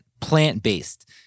plant-based